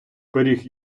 пиріг